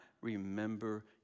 remember